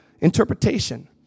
interpretation